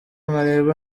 nkareba